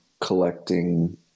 collecting